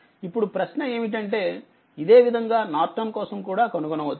ఇప్పుడు ప్రశ్న ఏమిటంటే ఇదే విధంగా నార్టన్కోసం కూడా కనుగొనవచ్చు